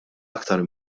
aktar